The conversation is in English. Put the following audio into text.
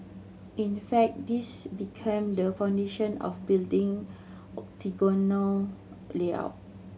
in fact this became the foundation of building octagonal layout